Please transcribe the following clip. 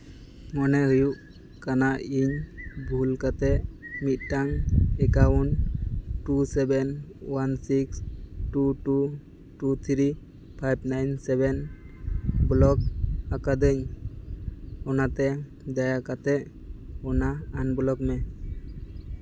ᱢᱚᱱᱮ ᱦᱩᱭᱩᱜ ᱠᱟᱱᱟ ᱤᱧ ᱵᱷᱩᱞ ᱠᱟᱛᱮᱫ ᱢᱤᱫᱴᱟᱱ account two seven one six two two two three five nine seven block ᱟᱠᱟᱫᱟᱹᱧ ᱚᱱᱟᱛᱮ ᱫᱟᱭᱟ ᱠᱟᱛᱮᱫ ᱚᱱᱟ ᱟᱱᱵᱞᱚᱠ ᱢᱮ